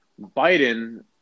Biden